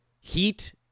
Heat